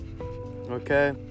okay